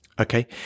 Okay